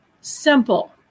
simple